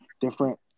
different